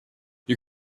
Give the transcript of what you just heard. you